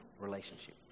relationship